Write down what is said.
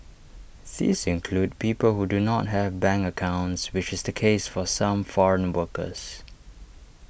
these include people who do not have bank accounts which is the case for some foreign workers